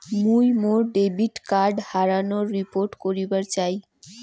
মুই মোর debit card হারানোর রিপোর্ট করিবার চাই